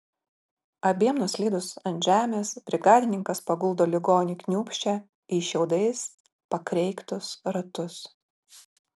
abiem nuslydus ant žemės brigadininkas paguldo ligonį kniūbsčią į šiaudais pakreiktus ratus